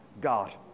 God